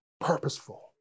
purposeful